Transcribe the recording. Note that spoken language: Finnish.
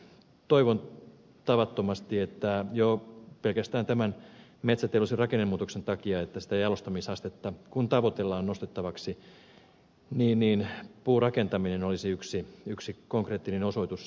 toivon tavattomasti jo pelkästään metsäteollisuuden rakennemuutoksen takia kun jalostamisastetta tavoitellaan nostettavaksi että puurakentaminen olisi yksi konkreettinen osoitus siitä